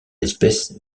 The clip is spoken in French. espèce